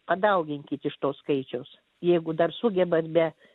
padauginkit iš to skaičiaus jeigu dar sugebat be